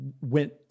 went